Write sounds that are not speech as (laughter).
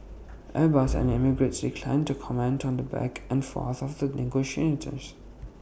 airbus and emirates declined to comment on the back and forth of the (unintelligible)